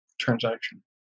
transaction